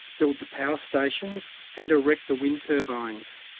build the power stations and erect the wind turbines.